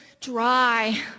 dry